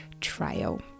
trial